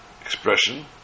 expression